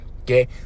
okay